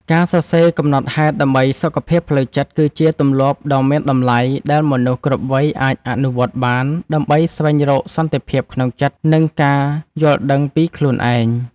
ការសរសេរកំណត់ហេតុដើម្បីសុខភាពផ្លូវចិត្ត គឺជាទម្លាប់ដ៏មានតម្លៃដែលមនុស្សគ្រប់វ័យអាចអនុវត្តបាន ដើម្បីស្វែងរកសន្តិភាពក្នុងចិត្ត និងការយល់ដឹងពីខ្លួនឯង។